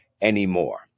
anymore